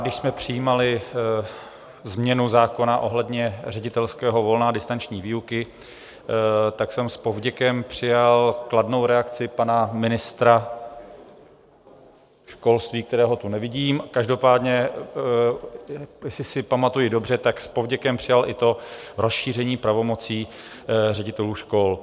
Když jsme přijímali změnu zákona ohledně ředitelského volna a distanční výuky, tak jsem s povděkem přijal kladnou reakci pana ministra školství, kterého tu nevidím, každopádně jestli si pamatuji dobře, s povděkem přijal i to rozšíření pravomocí ředitelů škol.